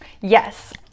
Yes